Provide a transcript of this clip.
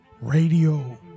radio